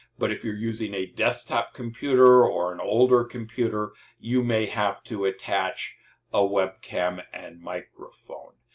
but, if you're using a desktop computer or an older computer you may have to attach a webcam and microphone.